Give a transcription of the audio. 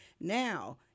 Now